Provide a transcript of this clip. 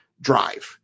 drive